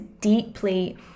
deeply